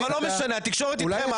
לא משנה, התקשורת איתכם.